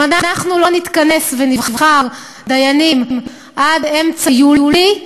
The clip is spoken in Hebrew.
אם אנחנו לא נתכנס ונבחר דיינים עד אמצע יולי,